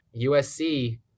USC